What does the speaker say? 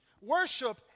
Worship